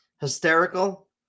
hysterical